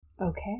Okay